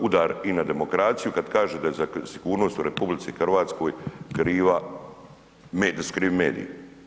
Udar i na demokraciju kad kaže da je za sigurnost u RH kriva, da su krivi mediji.